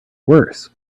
worse